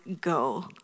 go